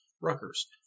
Rutgers